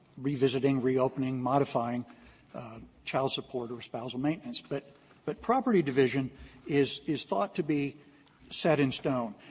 revisiting, reopening, modifying child support or spousal maintenance. but but property division is is thought to be set in stone.